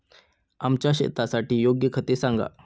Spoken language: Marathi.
आमच्या शेतासाठी योग्य खते सांगा